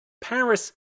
Paris